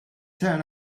turned